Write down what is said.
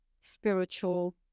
spiritual